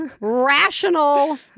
rational